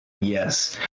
Yes